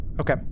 Okay